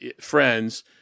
friends